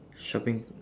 shopping